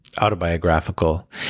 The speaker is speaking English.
autobiographical